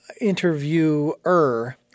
interviewer